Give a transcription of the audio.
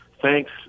thanks